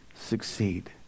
succeed